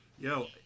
Yo